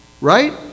right